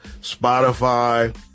Spotify